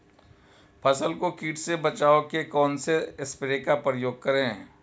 फसल को कीट से बचाव के कौनसे स्प्रे का प्रयोग करें?